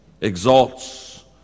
exalts